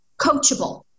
coachable